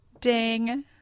Ding